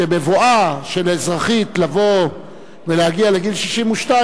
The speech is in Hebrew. שבבואה של אזרחית לבוא ולהגיע לגיל 62,